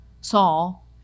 Saul